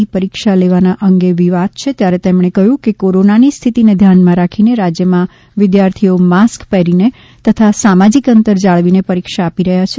ની પરીક્ષા લેવાના અંગે વિવાદ છે ત્યારે તેમણે વધુમાં કહ્યું કે કોરોનાની સ્થિતિને ધ્યાનમાં રાખીને રાજ્યમાં વિદ્યાર્થીઓ માસ્ક પહેરીને તથા સામાજિક અંતર જાળવીને પરીક્ષા આપી રહ્યા છે